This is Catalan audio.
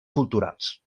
culturals